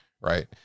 right